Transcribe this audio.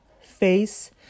face